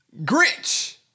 Grinch